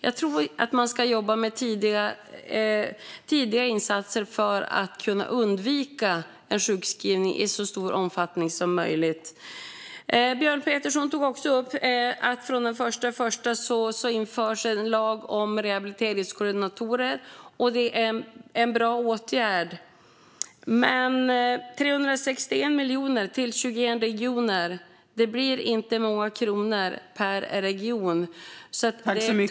Jag tror att man ska jobba med tidiga insatser för att kunna undvika sjukskrivning i så stor omfattning som möjligt. Björn Petersson tog också upp att det den 1 januari införs en lag om rehabiliteringskoordinatorer. Det är en bra åtgärd, men 361 miljoner till 21 regioner blir inte många kronor per region. Det blir tufft.